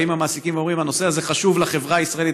באים המעסיקים ואומרים: הנושא הזה חשוב לחברה הישראלית,